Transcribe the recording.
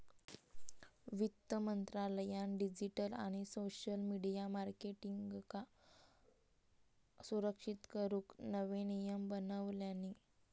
वित्त मंत्रालयान डिजीटल आणि सोशल मिडीया मार्केटींगका सुरक्षित करूक नवे नियम बनवल्यानी